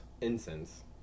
Incense